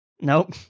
Nope